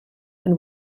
and